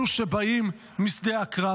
אלו שבאים משדה הקרב.